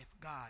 God